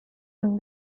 would